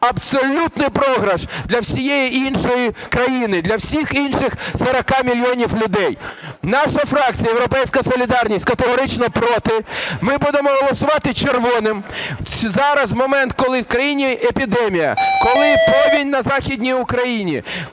абсолютний програш для всієї іншої країни, для всіх інших 40 мільйонів людей. Наша фракція "Європейська солідарність" – категорично проти. Ми будемо голосувати червоним. Зараз момент, коли в країні епідемія, коли повінь на західній Україні,